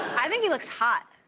i think he looks hot.